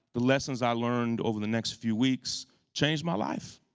the lessons i learned over the next few weeks changed my life.